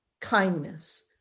kindness